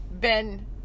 Ben